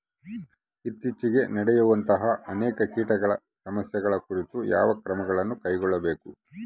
ಇತ್ತೇಚಿಗೆ ನಡೆಯುವಂತಹ ಅನೇಕ ಕೇಟಗಳ ಸಮಸ್ಯೆಗಳ ಕುರಿತು ಯಾವ ಕ್ರಮಗಳನ್ನು ಕೈಗೊಳ್ಳಬೇಕು?